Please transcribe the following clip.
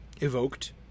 evoked